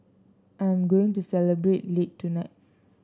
I am going to celebrate late tonight